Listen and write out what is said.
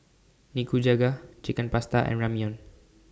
Nikujaga Chicken Pasta and Ramyeon